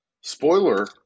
Spoiler